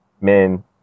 men